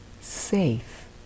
safe